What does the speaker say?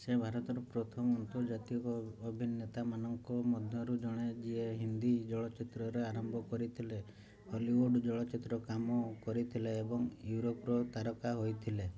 ସେ ଭାରତର ପ୍ରଥମ ଆନ୍ତର୍ଜାତୀୟ ଅଭିନେତାମାନଙ୍କ ମଧ୍ୟରୁ ଜଣେ ଯିଏ ହିନ୍ଦୀ ଚଳଚ୍ଚିତ୍ରରେ ଆରମ୍ଭ କରିଥିଲେ ହଲିଉଡ଼ ଚଳଚ୍ଚିତ୍ରରେ କାମ କରିଥିଲେ ଏବଂ ୟୁରୋପରେ ତାରକା ହେଇଥିଲେ